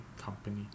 company